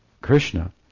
Krishna